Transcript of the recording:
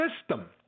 system